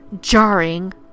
jarring